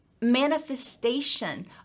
manifestation